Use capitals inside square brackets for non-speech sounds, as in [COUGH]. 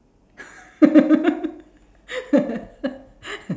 [LAUGHS]